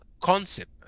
concept